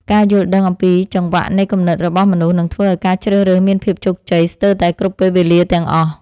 ការយល់ដឹងអំពីចង្វាក់នៃគំនិតរបស់មនុស្សនឹងធ្វើឱ្យការជ្រើសរើសមានភាពជោគជ័យស្ទើរតែគ្រប់ពេលវេលាទាំងអស់។